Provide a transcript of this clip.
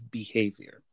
behavior